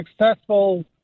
successful